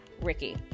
Ricky